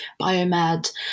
biomed